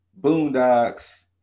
Boondocks